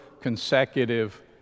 consecutive